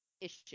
issue